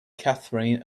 kathrine